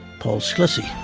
paul sclecy.